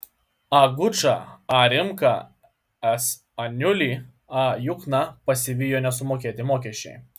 a gučą a rimką s aniulį a jukną pasivijo nesumokėti mokesčiai